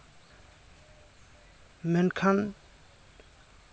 ᱢᱮᱱᱠᱷᱟᱱ